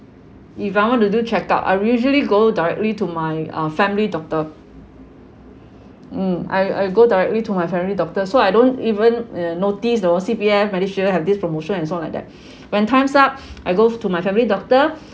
if I want to do check up I usually go directly to my uh family doctor mm I I go directly to my family doctor so I don't even uh notice know C_P_F medishield have this promotion and so on like that when time's up I go to my family doctor